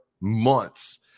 months